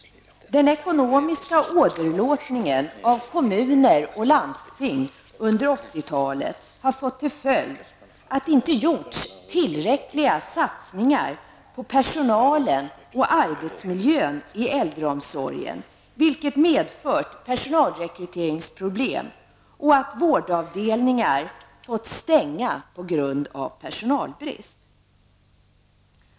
Den ekonomiska åderlåtningen av kommuner och landsting under 80-talet har fått till följd att det inte har gjorts tillräckliga satsningar på personalen och arbetsmiljön inom äldreomsorgen, vilket har medfört personalrekryteringsproblem och att vårdavdelningar har fått stänga på grund av personalbrist.